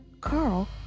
Carl